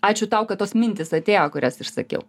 ačiū tau kad tos mintys atėjo kurias išsakiau